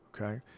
okay